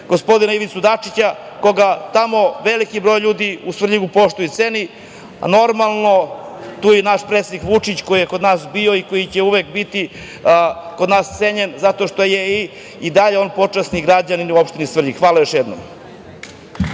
gospodina Ivicu Dačića, koga tamo veliki broj ljudi u Svrljigu poštuje i ceni. Normalno, tu je i naš predsednik Vučić, koji je kod nas bio i koji će uvek biti kod nas cenjen, zato što je i dalje on počasni građanin u opštini Svrljig. Hvala još jednom.